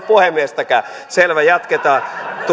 puhemiestäkään selvä jatketaan